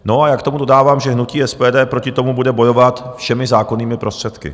A já k tomu dodávám, že hnutí SPD proti tomu bude bojovat všemi zákonnými prostředky.